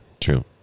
true